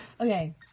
Okay